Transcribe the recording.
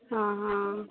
ହଁ ହଁ ହଁ